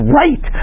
right